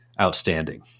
outstanding